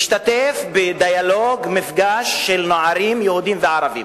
השתתף בדיאלוג, מפגש של נערים יהודים וערבים,